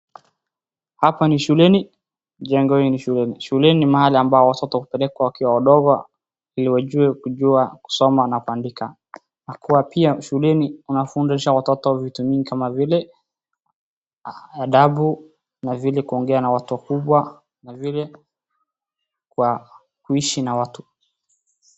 Hapa ni shuleni jengo hii shuleni ni mahali ambao watoto hupelekwa wadogo hili wajue kusoma na kuandika na kuwa. Pia shuleni wanafudisha watoto vitu mingi kama vile adabu na vile kuongea na watu wakubwa na vile kwa kuishi na watu.